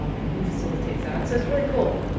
um and who facilitates that. so it's really cool.